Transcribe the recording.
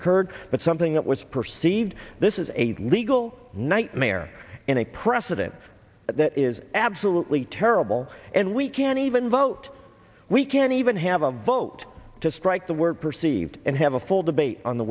occurred but something that was perceived this is a legal nightmare in a precedent that is absolutely terrible and we can't even vote we can't even have a vote to strike the word sieved and have a full debate on the